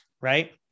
right